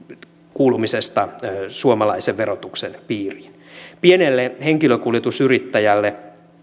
kuulumisesta suomalaisen verotuksen piiriin pienelle henkilökuljetusyrittäjälle